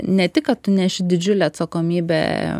ne tik kad tu neši didžiulę atsakomybę